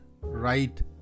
right